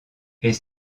est